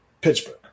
Pittsburgh